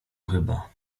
chyba